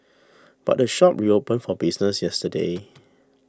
but the shop reopened for business yesterday